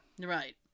Right